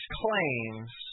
claims